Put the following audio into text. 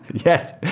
yes.